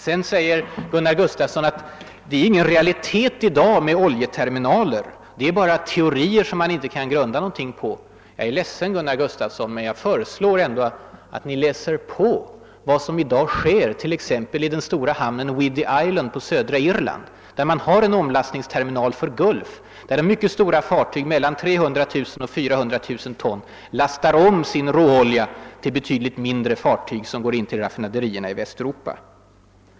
Sedan säger herr Gustafsson att oljeterminaler är ingen realitet i dag, det är bara »teorier» som man inte kan grunda någonting på. Jag är ledsen, herr Gustafsson, men jag föreslår att ni läser på vad som i dag sker, t.ex. i den stora hamnen Whiddy Island på södra Irland. Den har en omlastningsterminal för Gulf, där mycket stora fartyg — på mellan 300 000 och 400 000 ton — las tar om sin råolja till betydligt mindre fartyg, som går in till raffinaderierna i Västeuropa.